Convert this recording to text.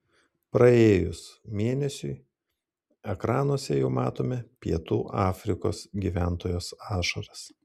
praėjus mėnesiui ekranuose jau matome pietų afrikos gyventojos ašaras